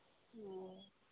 ओ